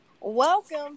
Welcome